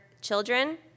children